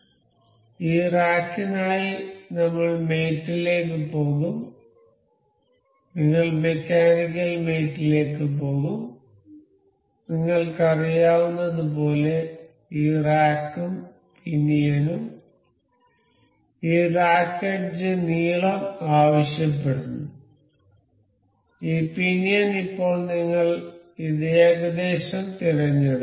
അതിനാൽ ഈ റാക്കിനായി നമ്മൾ മേറ്റ് ലേക്ക് പോകും നിങ്ങൾ മെക്കാനിക്കൽ മേറ്റ് കളിലേക്ക് പോകും നിങ്ങൾക്കറിയാവുന്നതുപോലെ ഈ റാക്കും പിനിയനും ഈ റാക്ക് എഡ്ജ് നീളം ആവശ്യപ്പെടുന്നു ഈ പിനിയൻ ഇപ്പോൾ നിങ്ങൾ ഇത് ഏകദേശം തിരഞ്ഞെടുക്കും